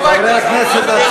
חברי הכנסת,